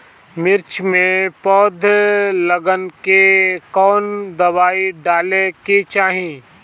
मिर्च मे पौध गलन के कवन दवाई डाले के चाही?